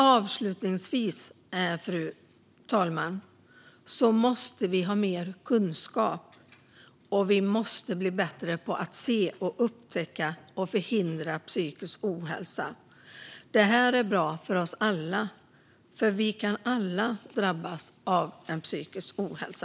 Avslutningsvis vill jag säga att vi måste ha mer kunskap, och vi måste bli bättre på att se, upptäcka och förhindra psykisk ohälsa. Detta är bra för oss alla, eftersom vi alla kan drabbas av psykisk ohälsa.